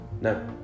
No